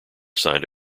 signed